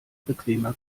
bequemer